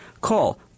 Call